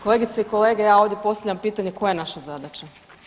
Kolegice i kolege, ja ovdje postavljam pitanje koja je naša zadaća?